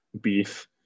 beef